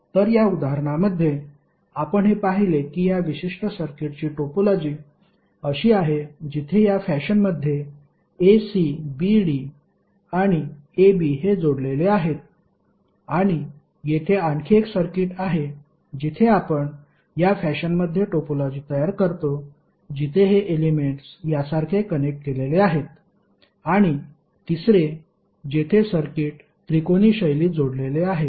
तर या उदाहरणामध्ये आपण हे पाहिले की या विशिष्ट सर्किटची टोपोलॉजी अशी आहे जिथे या फॅशनमध्ये a c b d आणि a b हे जोडलेले आहेत आणि येथे आणखी एक सर्किट आहे जिथे आपण या फॅशनमध्ये टोपोलॉजी तयार करतो जिथे हे एलेमेंट्स यासारखे कनेक्ट केलेले आहेत आणि तिसरे जेथे सर्किट त्रिकोणी शैलीत जोडलेले आहेत